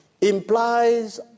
implies